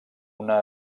una